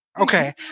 Okay